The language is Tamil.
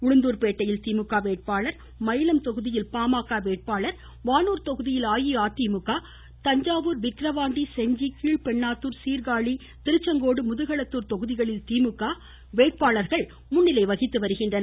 உளுந்தூர்பேட்டையில் திமுக வேட்பாளர் மயிலம் தொகுதியில் பாமக வேட்பாளர் வானூர் தொகுதியில் அஇஅதிமுக வேட்பாளர் தஞ்சாவூர் விக்கிரவாண்டி செஞ்சி கீழ்பெண்ணாத்தூர் சீர்காமி திருச்செங்கோடு முதுகளத்தூர் தொகுதிகளில் திமுக முன்னிலை வகிக்கிறது